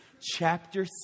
chapter